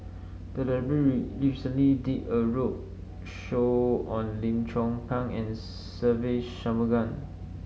the library recently did a roadshow on Lim Chong Pang and Se Ve Shanmugam